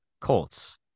Colts